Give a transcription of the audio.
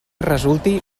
resulti